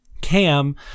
Cam